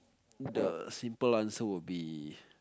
the simple answer would be